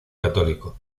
católico